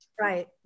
Right